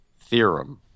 theorem